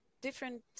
different